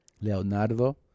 Leonardo